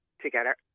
together